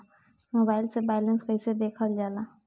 Mobile से balance कइसे देखल जाला?